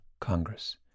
Congress